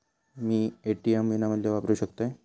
मी ATM विनामूल्य वापरू शकतय?